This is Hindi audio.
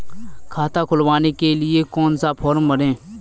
खाता खुलवाने के लिए कौन सा फॉर्म भरें?